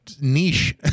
niche